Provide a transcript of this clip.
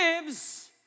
gives